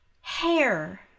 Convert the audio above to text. hair